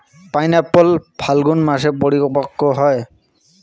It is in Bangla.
পাইনএপ্পল ফাল্গুন মাসে পরিপক্ব হয়